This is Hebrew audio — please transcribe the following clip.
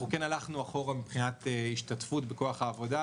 אנחנו כן הלכנו אחורה מבחינת השתתפות בכוח העבודה.